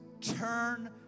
turn